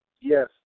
Yes